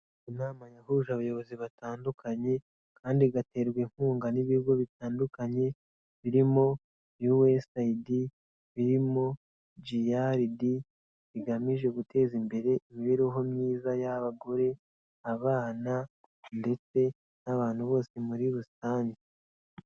Inama yahuje abayobozi batandukanye kandi igaterwa inkunga n'ibigo bitandukanye, birimo UNAIDS, birimo GILEAD bigamije guteza imbere imibereho myiza y'abagore, abana ndetse n'abantu bose muri rusange.